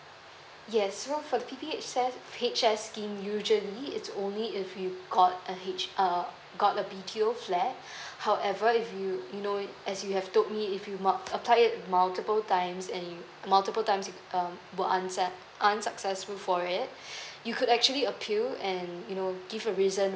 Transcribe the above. yes so for the P_P_H s~ P_P_H scheme usually it's only if you got a H um got a B_T_O flats however if you you know as you have told me if you mul~ you apply it multiple times and you multiple times um were answered um unsuccessful for it you could actually appeal and you know give a reason